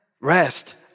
Rest